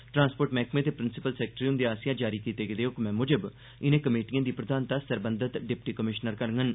transport मैह्कमे दे principal secretary हुंदे आसेआ जारी कीते गेदे हुक्मै मुजब इनें कमेटिएं दी प्रघानता सरबंघत डिप्टी कमिशनर करङन